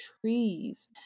trees